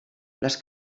les